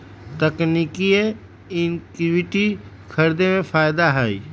तकनिकिये इक्विटी खरीदे में फायदा हए